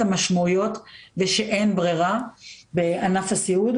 המשמעויות ושאין ברירה בענף הסיעוד.